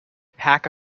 pack